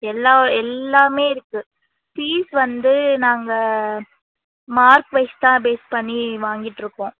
எல்லா எல்லாமே இருக்கு ஃபீஸ் வந்து நாங்க மார்க் வைஸ் தான் பேஸ் பண்ணி வாங்கிட்யிருக்கோம்